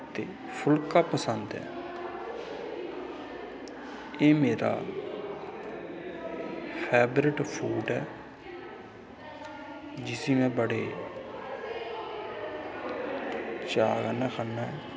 ते फुलका पसंद ऐ एह् मेरा फेवरट फूड ऐ जिस्सी में बड़े चाऽ कन्नै खन्ना ऐं